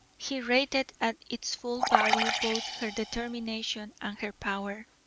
he rated at its full value both her determination and her power,